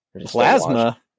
Plasma